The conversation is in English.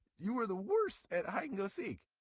you are the worst at hide and go seek.